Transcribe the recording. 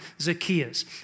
Zacchaeus